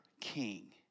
king